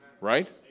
right